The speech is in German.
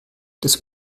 das